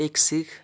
ایک سِکھ